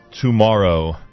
tomorrow